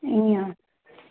ईअंई आहे